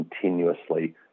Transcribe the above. continuously